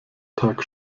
tag